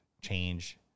change